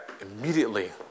immediately